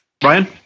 Brian